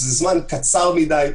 זה זמן קצר מדי.